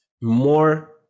more